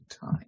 time